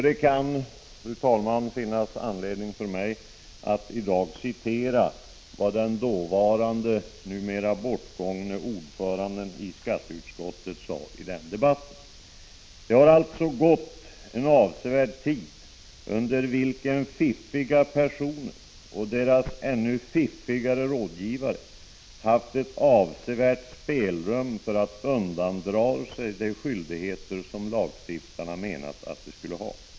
Det kan, fru talman, finnas anledning för mig att i dag citera vad den dåvarande, numera bortgångne, ordföranden i skatteutskottet sade i den debatten: ”Det har alltså gått en avsevärd tid, under vilken fiffiga personer och deras ännu fiffigare rådgivare haft ett avsevärt spelrum för att undandra sig de skyldigheter som lagstiftarna menat att de skulle ha.